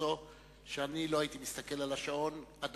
הזו שאני לא הייתי מסתכל על השעון אתו,